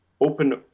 Open